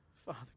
Father